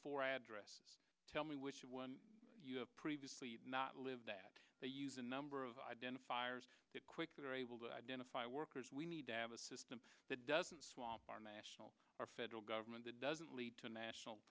for address tell me which one you have previously not live that they use a number of identifiers that quickly are able to identify workers we need to have a system that doesn't swamp our national or federal government that doesn't lead to a national